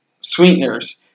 sweeteners